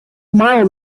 model